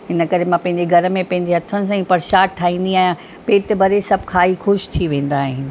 इनकरे मां पंहिंजे घर में पंहिंजे हथनि सां ई प्रसाद ठाहींदी आहियां पेट भरे सभ खाई ख़ुशि थी वेंदा आहिनि